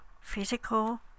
physical